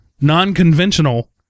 non-conventional